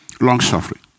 long-suffering